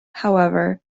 however